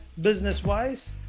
Business-wise